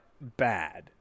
bad